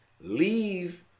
leave